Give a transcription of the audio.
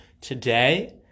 today